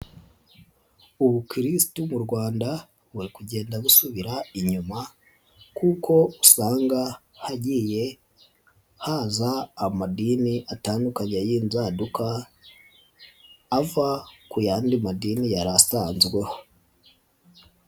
Ubukirisitu mu Rwanda buri kugenda busubira inyuma kuko usanga hagiye haza amadini atandukanye y'inzaduka ava ku yandi madini yari asanzweho.